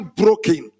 broken